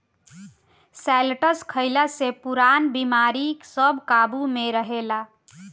शैलटस खइला से पुरान बेमारी सब काबु में रहेला